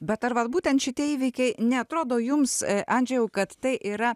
bet ar vat būtent šitie įvykiai neatrodo jums andžejau kad tai yra